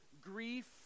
grief